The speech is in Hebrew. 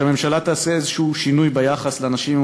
ושהממשלה תעשה איזשהו שינוי ביחס לאנשים עם